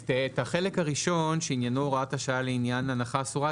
את החלק הראשון שעניינו הוראת השעה לעניין הנחה אסורה,